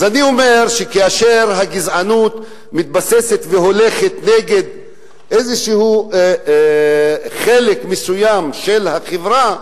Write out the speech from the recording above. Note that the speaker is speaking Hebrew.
אני אומר: כאשר הגזענות מתבססת והולכת נגד חלק מסוים של החברה,